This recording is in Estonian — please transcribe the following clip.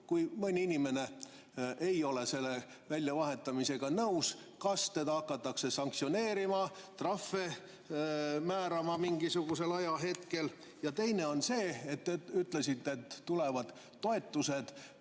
kui mõni inimene ei ole selle väljavahetamisega nõus? Kas teda hakatakse sanktsioneerima, trahve määrama mingisugusel ajahetkel? Ja teine küsimus on see, et te ütlesite, et tulevad toetused